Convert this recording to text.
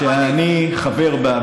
שאני חבר בה,